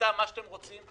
איתם מה שאתם רוצים,